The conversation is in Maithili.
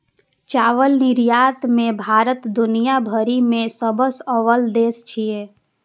चावल निर्यात मे भारत दुनिया भरि मे सबसं अव्वल देश छियै